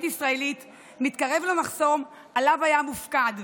ישראלית מתקרב למחסום שעליו היה מופקד.